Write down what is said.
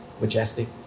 majestic